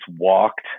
walked